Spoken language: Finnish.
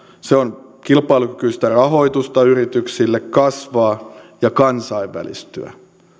se on kilpailukykyistä rahoitusta yrityksille kasvaa ja kansainvälistyä